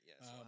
yes